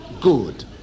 Good